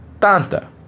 tanta